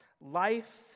Life